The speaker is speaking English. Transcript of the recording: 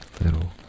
little